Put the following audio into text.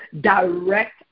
direct